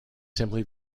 simply